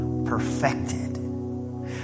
perfected